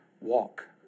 walk